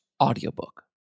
audiobook